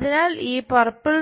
അതിനാൽ ഈ പർപ്പിൾ